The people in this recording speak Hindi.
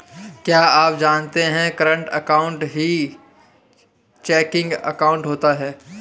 क्या आप जानते है करंट अकाउंट ही चेकिंग अकाउंट होता है